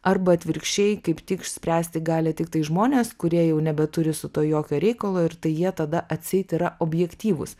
arba atvirkščiai kaip tik spręsti gali tiktai žmonės kurie jau nebeturi su tuo jokio reikalo ir tai jie tada atseit yra objektyvūs